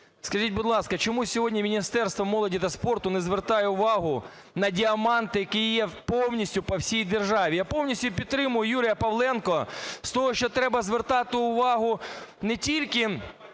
Скажіть, будь ласка, чому сьогодні Міністерство молоді та спорту не звертає увагу на діаманти, які є повністю по всій державі? Я повністю підтримую Юрія Павленка з того, що треба звертати увагу не тільки